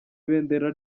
ibendera